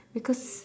because